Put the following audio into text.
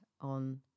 on